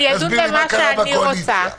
אני אדון במה שאני רוצה,